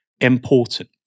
important